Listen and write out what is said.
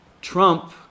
Trump